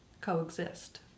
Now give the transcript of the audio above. coexist